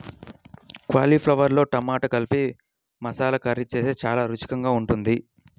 కాలీఫ్లవర్తో టమాటా కలిపి మసాలా కర్రీ చేస్తే చాలా రుచికరంగా ఉంటుంది